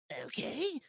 Okay